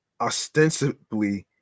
ostensibly